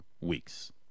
weeks